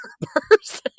person